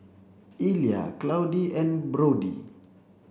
Illya Claudie and Brody